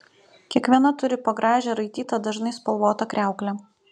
kiekviena turi po gražią raitytą dažnai spalvotą kriauklę